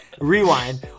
Rewind